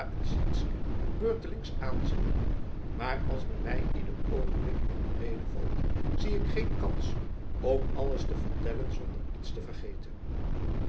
en sytsken beurtelings aanziende maar als men mij ieder oogenblik in de rede valt zie ik geen kans om alles te vertellen zonder iets te vergeten